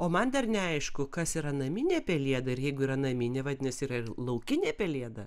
o man dar neaišku kas yra naminė pelėda ir jeigu yra naminė vadinasi yra ir laukinė pelėda